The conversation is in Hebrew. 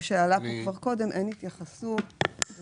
אני אשמח